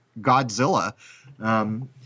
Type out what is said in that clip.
Godzilla